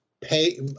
pay –